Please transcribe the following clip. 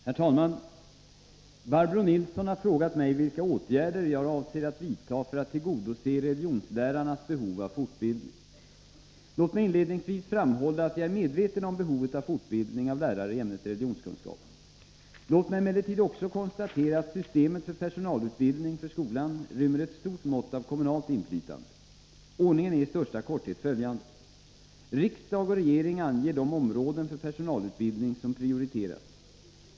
Herr talman! Barbro Nilsson i Örnsköldsvik har frågat mig vilka åtgärder jag avser att vidta för att tillgodose religionslärarnas behov av fortbildning. Låt mig inledningsvis framhålla att jag är medveten om behovet av fortbildning av lärare i ämnet religionskunskap. Låt mig emellertid också konstatera att systemet för personalutbildning för skolan rymmer ett stort mått av kommunalt inflytande. Ordningen är i största korthet följande. Riksdag och regering anger de områden för personalutbildning som prioriteras.